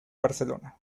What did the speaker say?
barcelona